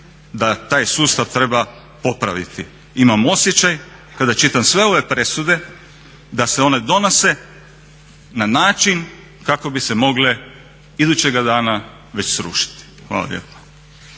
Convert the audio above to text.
da taj sustav treba popraviti. Imam osjećaj kada čitam sve ove presude da se one donose na način kako bi se mogle idućega dana već srušiti. Hvala lijepa.